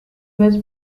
was